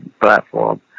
platform